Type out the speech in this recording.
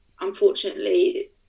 unfortunately